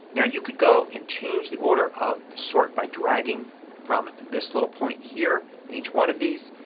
yeah you could go and change the order of the sort by dragging from this little point here in each one of these.